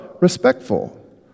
respectful